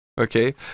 okay